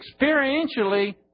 experientially